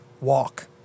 walk